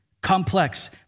Complex